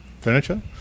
furniture